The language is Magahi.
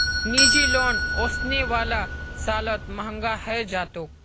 निजी लोन ओसने वाला सालत महंगा हैं जातोक